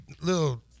little